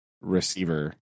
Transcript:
receiver